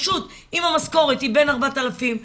פשוט אם המשכורת היא בין 4000,